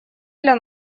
для